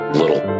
little